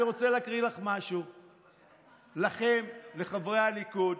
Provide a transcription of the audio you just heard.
אני רוצה להקריא לך משהו, לכם, לחברי הליכוד,